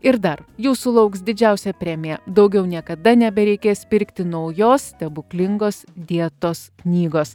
ir dar jūsų lauks didžiausia premija daugiau niekada nebereikės pirkti naujos stebuklingos dietos knygos